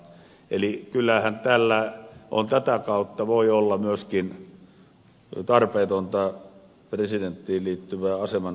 eli kyllähän tässä tätä kautta voi olla myöskin tarpeetonta presidenttiin liittyvää aseman heikentämistä